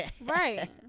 right